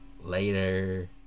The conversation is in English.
Later